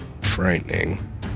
frightening